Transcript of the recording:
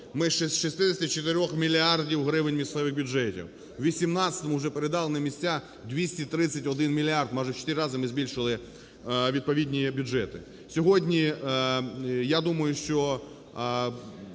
ми з 64 мільярдів гривень місцевих бюджетів в 18-му вже передали на місця 231 мільярд, майже в 4 рази ми збільшили відповідні бюджети. Сьогодні, я думаю, що